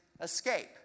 escape